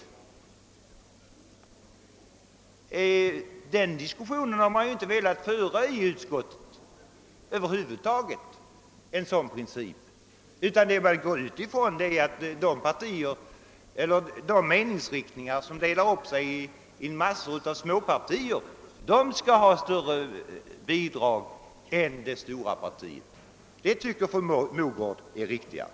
Principen om lika stort partistöd för alla mandat har utskottsmajoriteten över huvud taget inte velat acceptera, utan man har ansett att de meningsriktningar som delar upp sig i småpartier skall ha större bidrag än det stora partiet. Det tycker fru Mogård är riktigare.